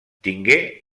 tingué